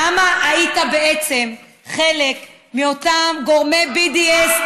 למה היית בעצם חלק מאותם גורמי BDS,